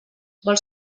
vols